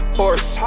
horse